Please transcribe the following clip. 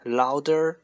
louder